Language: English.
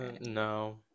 no